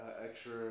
extra